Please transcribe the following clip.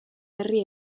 berri